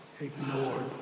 ignored